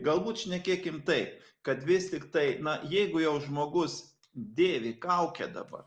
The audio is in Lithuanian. galbūt šnekėkim tai kad vis tiktai na jeigu jau žmogus dėvi kaukę dabar